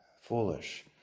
Foolish